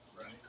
right